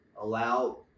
allow